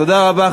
תודה רבה.